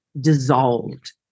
dissolved